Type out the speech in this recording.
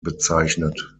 bezeichnet